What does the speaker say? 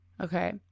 okay